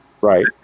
Right